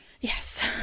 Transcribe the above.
Yes